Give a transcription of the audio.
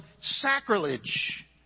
sacrilege